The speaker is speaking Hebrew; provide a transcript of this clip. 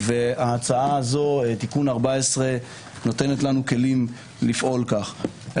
תיקון מס' 14 נותן לנו כלים לפעול כך.